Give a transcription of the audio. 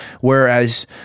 Whereas